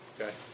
okay